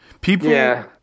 People